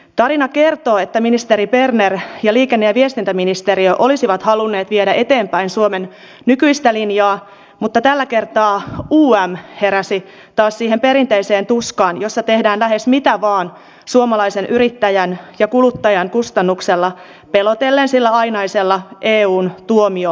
tarina kertoo että ministeri berner ja liikenne ja viestintäministeriö olisivat halunneet viedä eteenpäin suomen nykyistä linjaa mutta tällä kertaa um heräsi taas siihen perinteiseen tuskaan jossa tehdään lähes mitä vain suomalaisen yrittäjän ja kuluttajan kustannuksella pelotellen sillä ainaisella eun tuomioistuimella